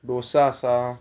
डोसा आसा